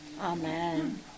amen